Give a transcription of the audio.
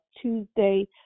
Tuesday